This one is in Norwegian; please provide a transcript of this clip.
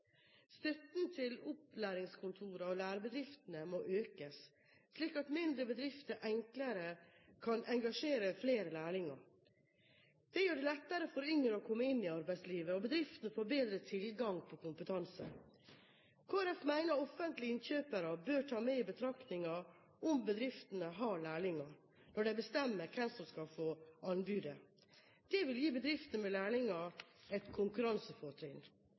Støtten til opplæringskontorene og lærebedriftene må økes, slik at mindre bedrifter enklere kan engasjere flere lærlinger. Det gjør det lettere for yngre å komme inn i arbeidslivet, og bedriftene får bedre tilgang på kompetanse. Kristelig Folkeparti mener offentlige innkjøpere bør ta med i betraktningen om bedriftene har lærlinger når de bestemmer hvem som skal få anbudet. Det vil gi bedrifter med lærlinger et konkurransefortrinn.